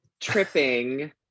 tripping